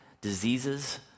diseases